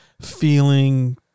feeling